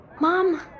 Mom